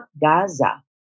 Gaza